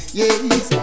yes